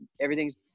Everything's